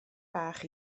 bach